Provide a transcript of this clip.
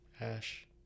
ash